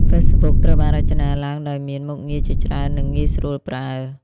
Facebook ត្រូវបានរចនាឡើងដោយមាន មុខងារជាច្រើននិងងាយស្រួលប្រើ។